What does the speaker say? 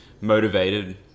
motivated